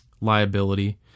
liability